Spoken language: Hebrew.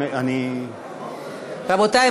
רבותי,